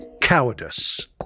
cowardice